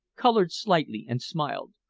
colored slightly and smiled.